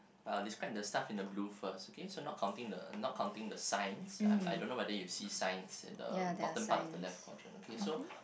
uh describe the stuff in the blue first okay so not counting the not counting the signs I I don't know whether you see signs in the bottom part of the left quadrant okay so